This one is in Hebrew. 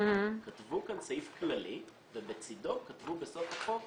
כתבו כאן סעיף כללי ובצדו כתבו בסוף החוק,